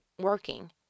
working